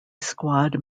squad